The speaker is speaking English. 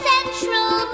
Central